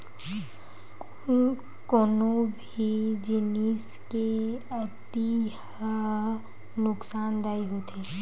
कोनो भी जिनिस के अति ह नुकासानदायी होथे